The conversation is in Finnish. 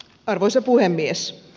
arvoisa puhemies